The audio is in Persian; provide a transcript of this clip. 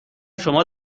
شما